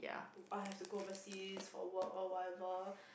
I have to go overseas for work or whatever